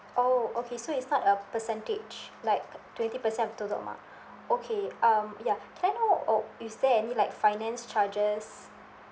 oh okay so it's not a percentage like twenty percent of total mark okay um ya can I know oh is there any like finance charges